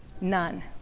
None